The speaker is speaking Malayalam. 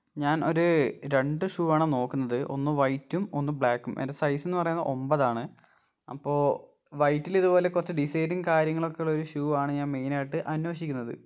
ഞാൻ ഒര് രണ്ട് ഷൂ ആണ് നോക്കുന്നത് ഒന്ന് വൈറ്റും ഒന്ന് ബ്ലാക്കും എൻ്റെ സൈസ് എന്ന് പറയുന്നത് ഒമ്പതാണ് അപ്പോൾ വൈറ്റിലിതുപോലെ കുറച്ച് ഡിസൈനും കാര്യങ്ങളൊക്കെയുള്ള ഒരു ഷൂവാണ് ഞാൻ മെയിനായിട്ട് അന്വേഷിക്കുന്നത്